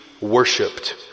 worshipped